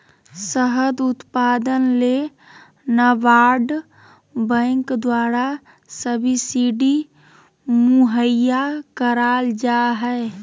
शहद उत्पादन ले नाबार्ड बैंक द्वारा सब्सिडी मुहैया कराल जा हय